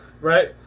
right